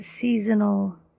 seasonal